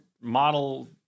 model